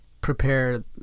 Prepare